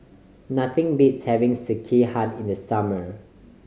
nothing beats having Sekihan in the summer